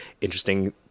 interesting